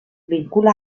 vincula